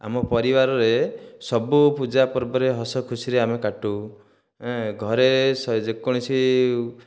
ଆମ ପରିବାରରେ ସବୁ ପୂଜା ପର୍ବରେ ହସଖୁସିରେ ଆମେ କାଟୁ ଏ ଘରେ ଯେକୌଣସି